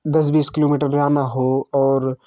दस बीस किलोमीटर जाना हो और